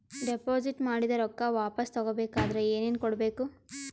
Deposit ಮಾಡಿದ ರೊಕ್ಕ ವಾಪಸ್ ತಗೊಬೇಕಾದ್ರ ಏನೇನು ಕೊಡಬೇಕು?